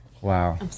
wow